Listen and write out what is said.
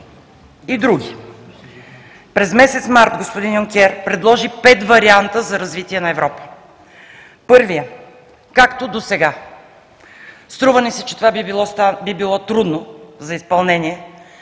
и други. През месец март господин Юнкер предложи пет варианта за развитие на Европа. Първият е както досега. Струва ни се, че това би било трудно за изпълнение